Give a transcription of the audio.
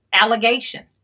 allegation